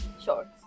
Sure